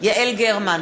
יעל גרמן,